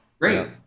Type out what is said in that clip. great